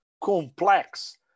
complex